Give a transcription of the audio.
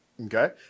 Okay